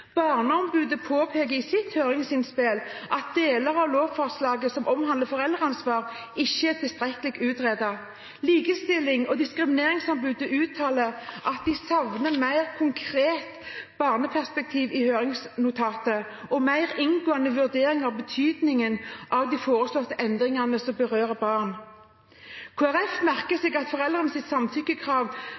Barneombudet påpeker i sitt høringsinnspill at deler av lovforslaget som omhandler foreldreansvar, ikke er tilstrekkelig utredet. Likestillings- og diskrimineringsombudet uttaler at de savner et mer konkret barneperspektiv i høringsnotatet og en mer inngående vurdering av betydningen av de foreslåtte endringene som berører barn. Kristelig Folkeparti merker seg at